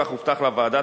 כך הובטח לוועדה,